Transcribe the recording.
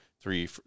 three